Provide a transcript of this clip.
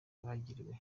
bagiriwe